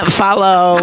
follow